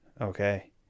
okay